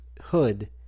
hood